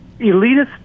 Elitist